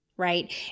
right